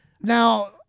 Now